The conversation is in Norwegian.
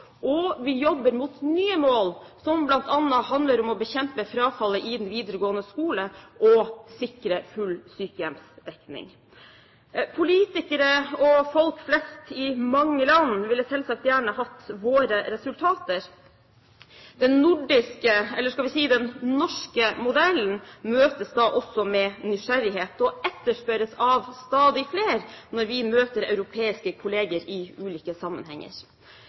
Vi jobber mot nye mål, som bl.a. handler om å bekjempe frafallet i den videregående skolen og sikre full sykehjemsdekning. Politikere og folk flest i mange land ville selvsagt gjerne hatt våre resultater. Den nordiske, eller skal vi si den norske, modellen møtes da også med nysgjerrighet og etterspørres av stadig flere når vi møter europeiske kolleger i ulike sammenhenger.